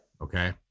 Okay